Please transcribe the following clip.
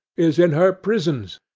is in her prisons,